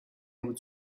would